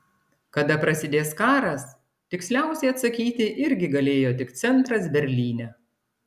kada prasidės karas tiksliausiai atsakyti irgi galėjo tik centras berlyne